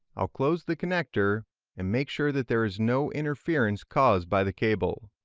i'll close the connector and make sure that there is no interference caused by the cable.